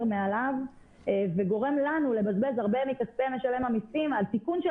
מעליו וגורם לנו לבזבז הרבה מכספי משלם המיסים לתיקון של